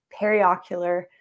periocular